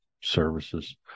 services